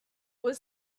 was